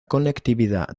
conectividad